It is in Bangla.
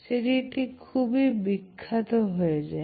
সেই থেকে এটি খুবই বিখ্যাত হয়ে যায়